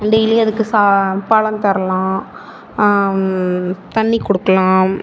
டெய்லியும் அதுக்கு பழம் தரலாம் தண்ணி கொடுக்கலாம்